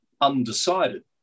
undecided